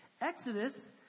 Exodus